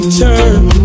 turn